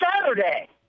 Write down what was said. Saturday